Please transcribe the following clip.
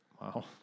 Wow